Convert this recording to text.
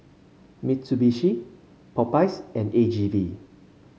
Mitsubishi Popeyes and A G V